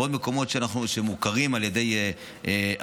ועוד מקומות שמוכרים על ידי המשרד.